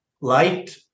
light